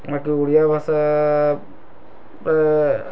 ମୋତେ ଓଡ଼ିଆ ଭାଷା ଏ